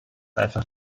einfach